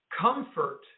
comfort